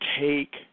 take